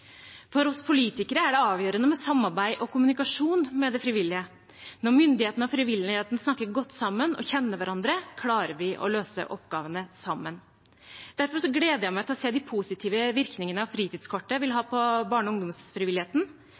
For oss politikere er det avgjørende med samarbeid og kommunikasjon med de frivillige. Når myndighetene og frivilligheten snakker godt sammen og kjenner hverandre, klarer vi å løse oppgavene sammen. Derfor gleder jeg meg til å se de positive virkningene fritidskortet vil ha for barne- og ungdomsfrivilligheten.